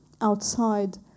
outside